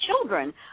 children